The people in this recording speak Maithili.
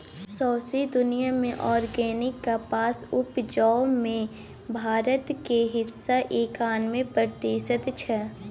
सौंसे दुनियाँ मे आर्गेनिक कपास उपजाबै मे भारत केर हिस्सा एकानबे प्रतिशत छै